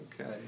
okay